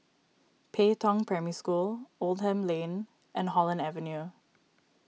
Pei Tong Primary School Oldham Lane and Holland Avenue